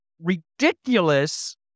ridiculous